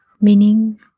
meaning